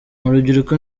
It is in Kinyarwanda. urubyiruko